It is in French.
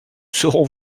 saurons